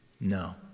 No